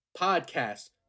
Podcast